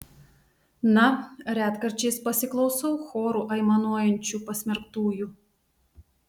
na retkarčiais pasiklausau choru aimanuojančių pasmerktųjų